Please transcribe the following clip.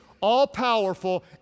all-powerful